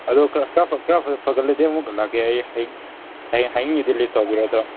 ꯑꯗꯨ ꯈꯔ ꯐꯒꯠꯂꯗꯤ ꯑꯃꯨꯛꯀ ꯂꯥꯛꯀꯦ ꯑꯩ ꯍꯌꯦꯡ ꯍꯌꯦꯡꯒꯤꯗꯤ ꯂꯤꯕ ꯇꯧꯒꯦ ꯑꯗꯣ